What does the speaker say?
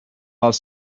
els